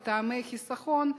מטעמי חיסכון,